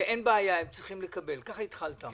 שאין בעיה, הם צריכים לקבל, כך התחלת.